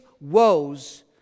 woes